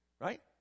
right